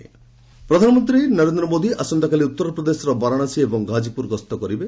PM Varanasi ପ୍ରଧାନମନ୍ତ୍ରୀ ନରେନ୍ଦ୍ର ମୋଦି ଆସନ୍ତାକାଲି ଉତ୍ତରପ୍ରଦେଶର ବାରାଣାସୀ ଏବଂ ଘାକ୍ରିପୁର ଗସ୍ତ କରିବେ